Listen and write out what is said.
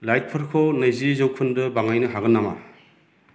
लाइटफोरखौ नैजि जौखोन्दो बाङायनो हागोन नामा